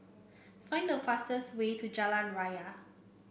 find the fastest way to Jalan Raya